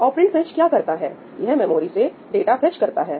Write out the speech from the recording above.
operand fetch क्या करता है यह मेमोरी से डाटा फेच करता है